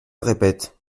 répète